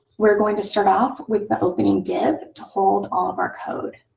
we're going to start off with the opening div to hold all of our code.